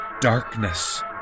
Darkness